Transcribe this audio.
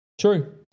True